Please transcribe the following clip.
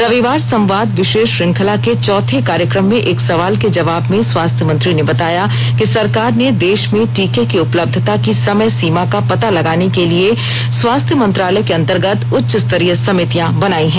रविवार संवाद विशेष श्रंखला के चौथे कार्यक्रम में एक सवाल के जवाब में स्वास्थ्य मंत्री ने बताया कि सरकार ने देश में टीके की उपलब्धता की समय सीमा का पता लगाने के लिए स्वास्थ्य मंत्रालय के अंतर्गत उच्चस्तरीय समितियां बनाई हैं